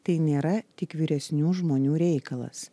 tai nėra tik vyresnių žmonių reikalas